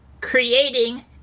creating